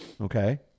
okay